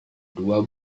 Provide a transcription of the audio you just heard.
dua